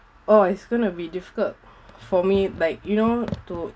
oh it's going to be difficult for me like you know to